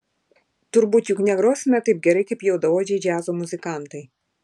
turbūt juk negrosime taip gerai kaip juodaodžiai džiazo muzikantai